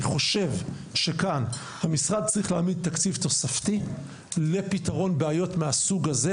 אני חושב שכאן המשרד צריך להעמיד תקציב תוספתי לפתרון בעיות מהסוג הזה,